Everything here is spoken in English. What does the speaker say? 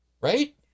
Right